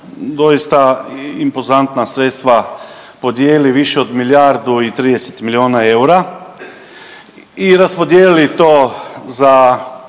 doista impozantna sredstva podijelili više od milijardu i 30 milijuna eura i raspodijelili to za